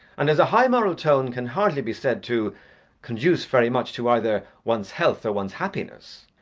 and as a high moral tone can hardly be said to conduce very much to either one's health or one's happiness,